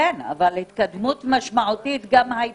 כן, אבל כך נאמר לנו גם בעבר